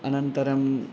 अनन्तरम्